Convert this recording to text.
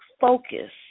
focus